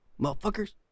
motherfuckers